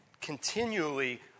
continually